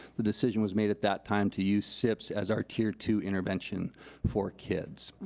the decision was made at that time to use sips as our tier two intervention for kids.